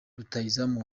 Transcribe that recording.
rutahizamu